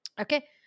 okay